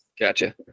gotcha